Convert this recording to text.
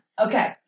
Okay